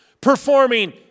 performing